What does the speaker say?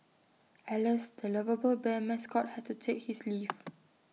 alas the lovable bear mascot had to take his leave